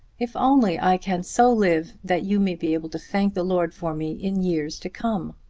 if only i can so live that you may be able to thank the lord for me in years to come!